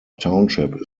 township